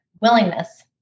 willingness